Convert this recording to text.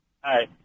Hi